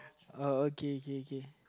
uh okay okay okay